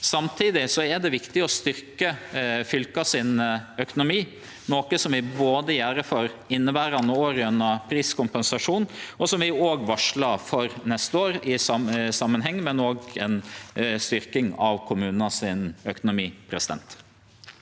Samtidig er det viktig å styrkje fylka sin økonomi, noko som vi både gjer for inneverande år gjennom priskompensasjon, og som vi òg varslar for neste år i samanheng med ei styrking av kommunane sin økonomi.